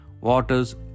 Waters